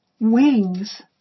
Wings